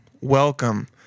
welcome